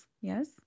yes